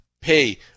pay